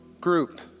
group